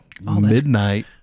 midnight